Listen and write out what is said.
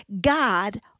God